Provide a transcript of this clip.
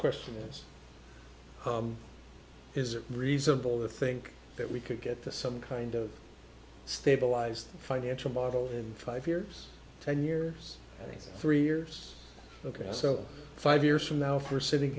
question is is it reasonable to think that we could get to some kind of stabilized financial model in five years ten years three years ok so five years from now for sitting